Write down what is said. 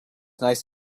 nice